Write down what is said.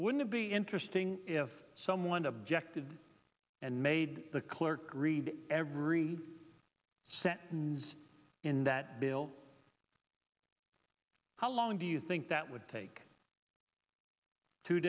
would it be interesting if someone objected and made the clerk read every sentence in that bill how long do you think that would take two